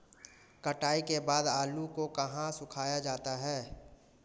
कटाई के बाद आलू को कहाँ सुखाया जाता है?